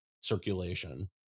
circulation